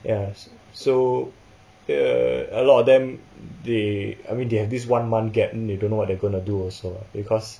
ya so uh a lot of them they I mean they have this one month gap then they don't know what they're gonna do also because